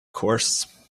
course